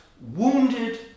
wounded